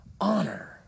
honor